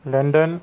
London